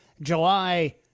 july